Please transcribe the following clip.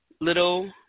little